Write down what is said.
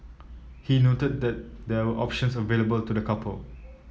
he noted that there were options available to the couple